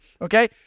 okay